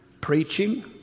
Preaching